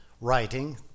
writing